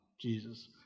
Jesus